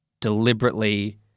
deliberately